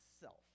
self